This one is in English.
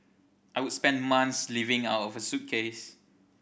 I would spend months living out of a suitcase